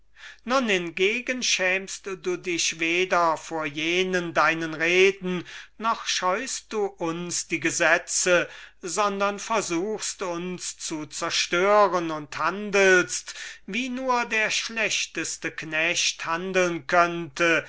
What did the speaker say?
nun hingegen schämst du dich weder vor jenen deinen reden noch scheust du uns die gesetze sondern versuchst uns zu zerstören und handelst wie nur der schlechteste knecht handeln könnte